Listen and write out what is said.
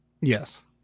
Yes